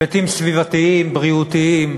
היבטים סביבתיים, בריאותיים,